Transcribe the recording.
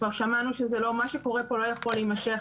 מה שקורה כאן לא יכול להימשך.